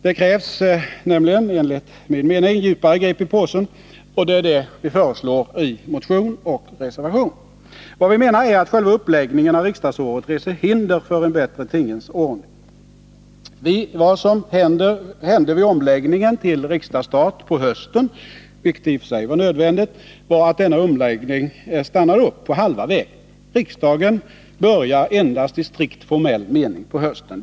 Det krävs nämligen enligt min mening djupare grepp i påsen, och det är vad vi föreslår i motion och reservation. Vad vi menar är att själva uppläggningen av riksdagens arbetsår reser hinder för en bättre tingens ordning. Vad som hände vid omläggningen till riksdagsstart på hösten — vilken i och för sig var nödvändig — var att denna omläggning stannade upp på halva vägen. Riksmötet börjar endast i strikt formell mening på hösten.